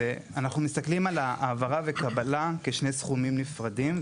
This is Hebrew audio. אנחנו מסתכלים על העברה וקבלה כשני סכומים נפרדים,